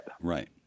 Right